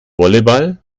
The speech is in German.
volleyball